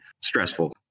stressful